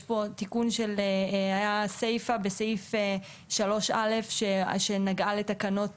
יש תיקון בסיפא של סעיף 3(א) שנגעה לתקנות